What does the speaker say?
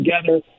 together